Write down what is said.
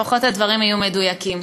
לפחות הדברים יהיו מדויקים.